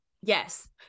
Yes